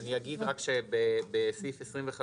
אני רק אומר שבסעיף 25(ג)